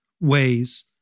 ways